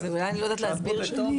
אז אולי אני לא יודעת להסביר טוב.